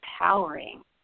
empowering